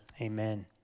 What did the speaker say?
amen